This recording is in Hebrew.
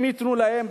אם ייתנו להם,